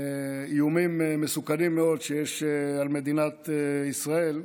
איומים מסוכנים מאוד שיש על מדינת ישראל.